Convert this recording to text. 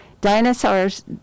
Dinosaurs